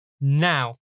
now